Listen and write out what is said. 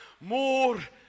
more